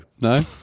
No